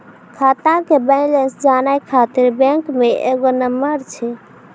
खाता के बैलेंस जानै ख़ातिर बैंक मे एगो नंबर छै?